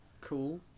Cool